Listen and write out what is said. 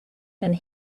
and